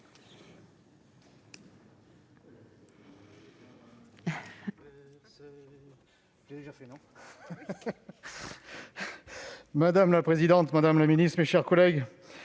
Madame la présidente, madame la ministre, mes chers collègues,